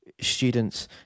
students